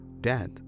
death